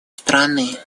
страны